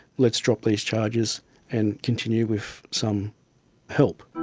let's drop these charges and continue with some help.